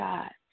God